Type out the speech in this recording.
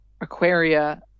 Aquaria